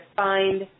find